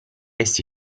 essi